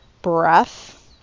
breath